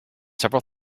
several